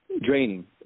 draining